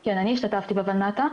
כן, אני השתתפתי בולנת"ע.